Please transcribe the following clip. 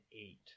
eight